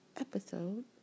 episode